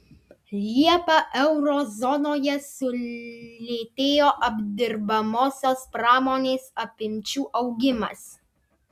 liepą euro zonoje sulėtėjo apdirbamosios pramonės apimčių augimas